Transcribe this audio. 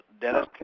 Dennis